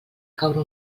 caure